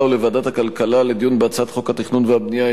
ולוועדת הכלכלה לדיון בהצעת חוק התכנון והבנייה,